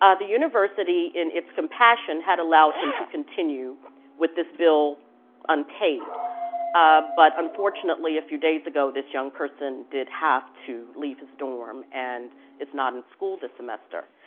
ah the university in its compassion had allowed him to continue with this bill unpaid but unfortunately a few days ago this young person did have to leave his dorm and is not in school this semester.